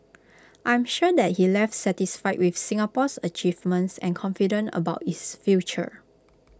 I'm sure that he left satisfied with Singapore's achievements and confident about its future